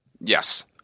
Yes